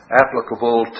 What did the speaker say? applicable